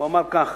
הוא אמר כך,